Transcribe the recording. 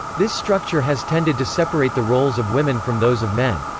this structure has tended to separate the roles of women from those of men.